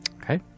okay